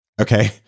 okay